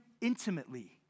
Intimately